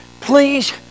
Please